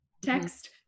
text